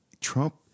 Trump